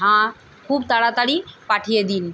হ্যাঁ খুব তাড়াতাড়ি পাঠিয়ে দিন